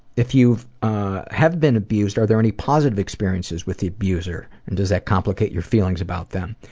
if you have been abused, are there any positive experiences with the abuser, and does that complicate your feelings about them?